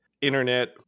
internet